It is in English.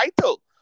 title